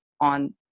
on